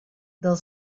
del